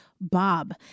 Bob